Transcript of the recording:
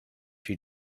she